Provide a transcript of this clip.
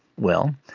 well,